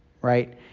right